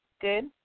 good